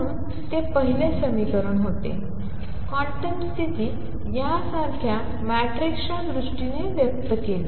म्हणून ते पहिले समीकरण होते क्वांटम स्थिती यासारख्या मॅट्रिकच्या दृष्टीने व्यक्त केली